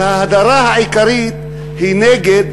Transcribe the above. ההדרה העיקרית היא נגד